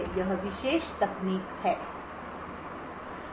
यह विशेष तकनीक है